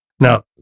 Now